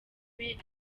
ari